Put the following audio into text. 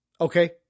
Okay